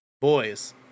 Boys